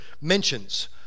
mentions